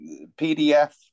PDF